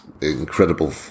incredible